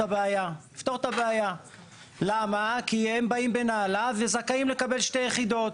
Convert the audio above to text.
הבעיה לגבי שני יורשים כי הם באים בנעליו וזכאים לקבל שתי יחידות.